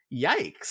yikes